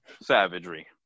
savagery